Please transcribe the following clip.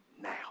now